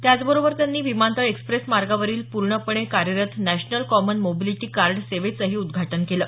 त्याचबरोबर त्यांनी विमानतळ एक्सप्रेस मार्गावरील पूर्णपणे कार्यरत नॅशनल कॉमन मोबिलिटी कार्ड सेवेचंही उद्घाटन केलं